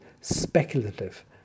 speculative